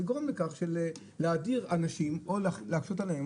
לגרום לכך שלהדיר אנשים או להקשות עליהם,